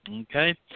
Okay